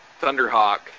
Thunderhawk